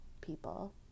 people